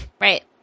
Right